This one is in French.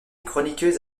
chroniqueuse